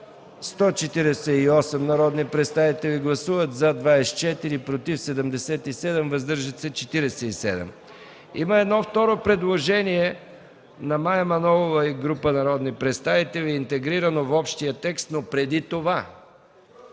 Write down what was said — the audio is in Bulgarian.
148 народни представители: за 24, против 77, въздържали се 47. Има второ предложение на Мая Манолова и група народни представители, интегрирано в общия текст. Преди това